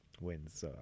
wins